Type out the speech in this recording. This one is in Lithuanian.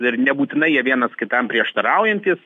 dar nebūtinai jie vienas kitam prieštaraujantys